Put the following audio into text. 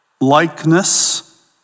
likeness